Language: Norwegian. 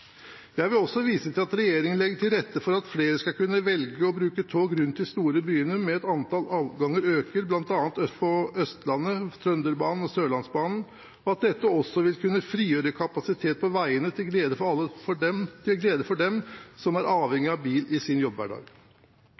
Jeg vil også vise til at regjeringen legger til rette for at flere skal kunne velge å bruke tog rundt de store byene ved at antallet avganger økes bl.a. på Østlandet, på Trønderbanen og Sørlandsbanen, og at dette også vil kunne frigjøre kapasitet på veiene til glede for dem som er avhengig av bil i sin jobbhverdag.